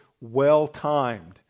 well-timed